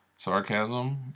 sarcasm